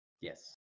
Yes